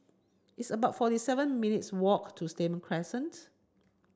it's about forty seven minutes' walk to Stadium Crescent